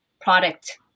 product